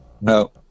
No